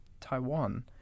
Taiwan